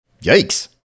Yikes